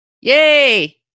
Yay